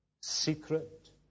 Secret